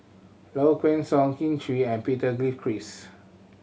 Low Kway Song Kin Chui and Peter Gilchrist